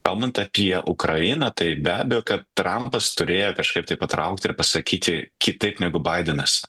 kalbant apie ukrainą tai be abejo kad trampas turėjo kažkaip tai patraukti ir pasakyti kitaip negu baidenas